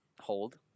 hold